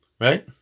right